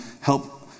help